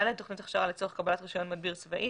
תוכנית הכשרה לצורך קבלת רישיון מדביר צבאי